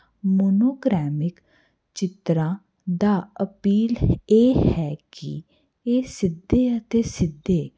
mono ਕਰੈਮਿਕ ਚਿੱਤਰਾਂ ਦਾ appeal ਇਹ ਹੈ ਕਿ ਇਹ ਸਿੱਧੇ ਅਤੇ ਅਸਿੱਧੇ